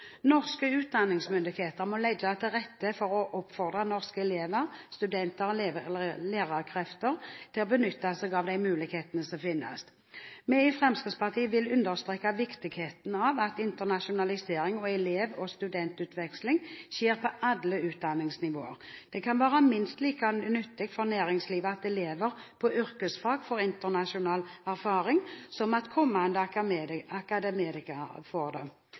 Norske utdanningsmyndigheter må legge til rette for og oppfordre norske elever, studenter og lærekrefter til å benytte seg av de mulighetene som finnes. Vi i Fremskrittspartiet vil understreke viktigheten av at internasjonalisering og elev- og studentutveksling skjer på alle utdanningsnivåer. Det kan være minst like nyttig for næringslivet at elever på yrkesfag får internasjonal erfaring som at kommende akademikere får det.